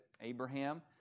Abraham